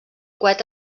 coet